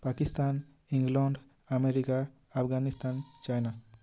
Pakistan England America Afghanistan China